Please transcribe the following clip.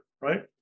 right